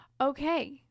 Okay